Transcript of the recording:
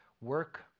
work